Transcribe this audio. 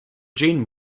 jean